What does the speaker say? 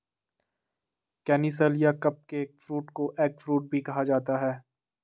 canistel या cupcake fruit को eggfruit भी कहा जाता है